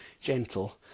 gentle